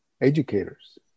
educators